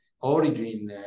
origin